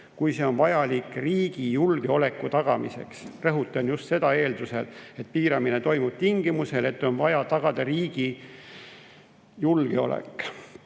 kui see on vajalik riigi julgeoleku tagamiseks. Rõhutan just seda: eeldusel, et piiramine toimub tingimusel, et on vaja tagada riigi julgeolek.